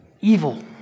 Evil